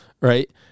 right